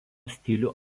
stilių